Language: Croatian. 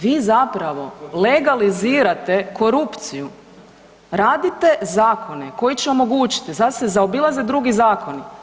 Vi zapravo legalizirate korupciju, radite zakone koji će omogućiti da se zaobilaze drugi zakoni.